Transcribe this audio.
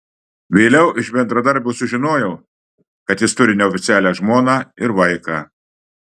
vėliau iš bendradarbių sužinojau kad jis turi neoficialią žmoną ir vaiką